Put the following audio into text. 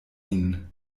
ihnen